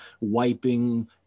wiping